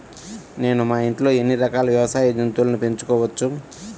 నేను మా ఇంట్లో ఎన్ని రకాల వ్యవసాయ జంతువులను పెంచుకోవచ్చు?